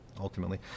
ultimately